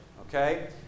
okay